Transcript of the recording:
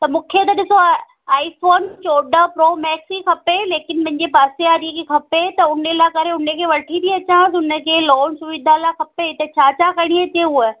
त मूंखे त ॾिसो आई फोन चोॾहं प्रो मैक्स ई खपे लेकिन मुंहिंजे पासे वारीअ खे खपे त उन लाइ करे उन खे वठी बि अचां उन खे लोन सुविधा लाइ खपे त छा छा खणी अचे हूअ